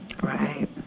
Right